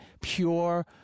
pure